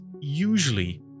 usually